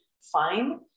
fine